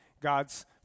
God's